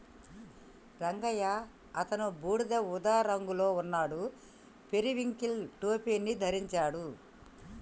రంగయ్య అతను బూడిద ఊదా రంగులో ఉన్నాడు, పెరివింకిల్ టోపీని ధరించాడు